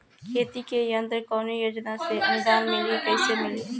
खेती के यंत्र कवने योजना से अनुदान मिली कैसे मिली?